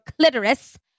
clitoris